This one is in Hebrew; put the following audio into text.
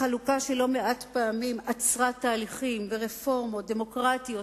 חלוקה שלא מעט פעמים עצרה תהליכים ורפורמות דמוקרטיות,